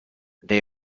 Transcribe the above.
they